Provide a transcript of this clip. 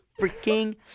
freaking